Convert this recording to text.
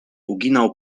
uginał